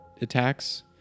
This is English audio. attacks